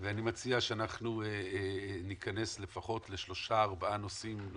ואני מציע שאנחנו ניכנס לפחות לשלושה-ארבעה נושאים.